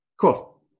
Cool